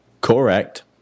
Correct